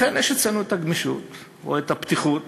לכן, יש אצלנו הגמישות או הפתיחות,